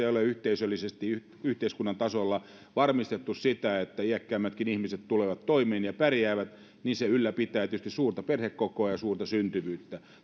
ei ole yhteisöllisesti yhteiskunnan tasolla varmistettu sitä että iäkkäämmätkin ihmiset tulevat toimeen ja pärjäävät tämä ylläpitää tietysti suurta perhekokoa ja suurta syntyvyyttä